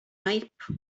maip